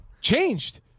Changed